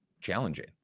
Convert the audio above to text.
challenging